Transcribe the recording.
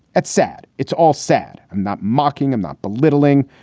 it's sad. it's all sad. i'm not mocking him, not belittling.